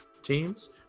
teams